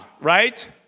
right